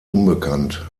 unbekannt